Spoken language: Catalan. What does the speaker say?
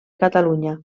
catalunya